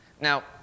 Now